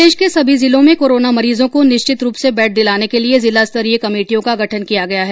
प्रदेश के सभी जिलों में कोरोना मरीजों को निश्चित रुप से बेड दिलाने के लिए जिला स्तरीय कमेटियों का गठन किया गया है